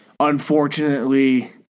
Unfortunately